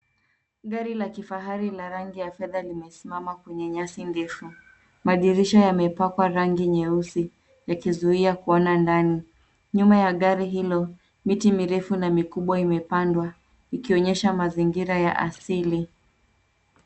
Gari la kifahari la rangi ya fedha limesimama kwenye nyasi ndefu. Madirisha yamepakwa rangi nyeusi yakizuia kuona ndani. Nyuma ya gari hilo ,miti mirefu na mikubwa imepandwa ikionyesha mazingira ya asili.